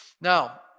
Now